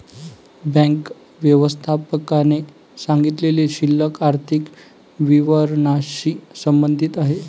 bank व्यवस्थापकाने सांगितलेली शिल्लक आर्थिक विवरणाशी संबंधित आहे